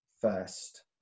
first